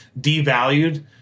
devalued